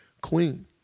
queen